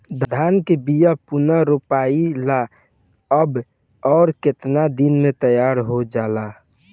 धान के बिया पुनः रोपाई ला कब और केतना दिन में तैयार होजाला?